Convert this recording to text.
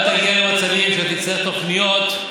אל תגיע למצבים שתצטרך תוכניות,